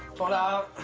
what about